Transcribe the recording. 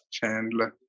Chandler